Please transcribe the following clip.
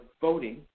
voting